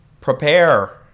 prepare